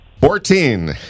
Fourteen